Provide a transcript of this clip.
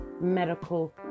medical